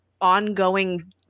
ongoing